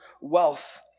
wealth